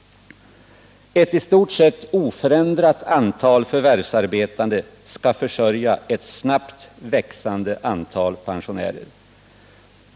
Ett i stort sett oförändrat antal förvärvsarbetande skall försörja ett snabbt växande antal pensionärer.